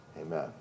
Amen